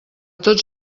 tots